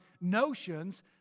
notions